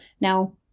now